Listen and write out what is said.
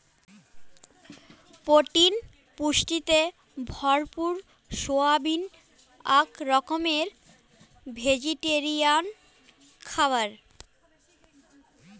protein পুষ্টিতে ভরপুর soybean আক রকমের ভেজিটেরিয়ান খাবার